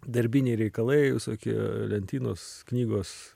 darbiniai reikalai visokie lentynos knygos